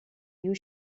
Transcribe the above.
you